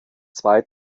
zwei